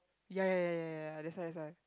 ya ya ya ya ya that's why that's why